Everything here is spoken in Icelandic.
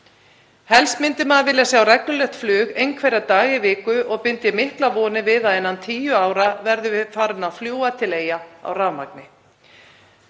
Helst myndi maður vilja sjá reglulegt flug einhverja daga í viku og bind ég miklar vonir við að innan tíu ára verðum við farin að fljúga til Eyja á rafmagni.